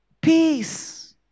peace